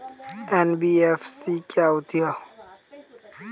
NBFC क्या होता है?